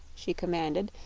she commanded.